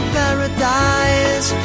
paradise